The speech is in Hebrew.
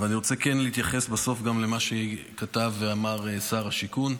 אני רוצה להתייחס בסוף גם למה שכתב ואמר שר השיכון,